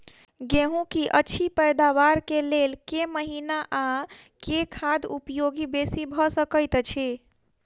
गेंहूँ की अछि पैदावार केँ लेल केँ महीना आ केँ खाद उपयोगी बेसी भऽ सकैत अछि?